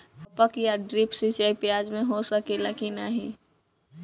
टपक या ड्रिप सिंचाई प्याज में हो सकेला की नाही?